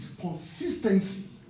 consistency